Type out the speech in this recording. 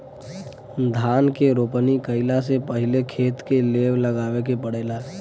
धान के रोपनी कइला से पहिले खेत के लेव लगावे के पड़ेला